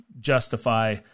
justify